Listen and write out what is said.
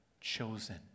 chosen